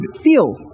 feel